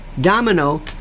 domino